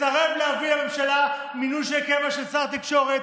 מסרבים להביא לממשלה מינוי של קבע לשר התקשורת,